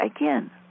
again